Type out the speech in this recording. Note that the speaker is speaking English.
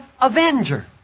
avenger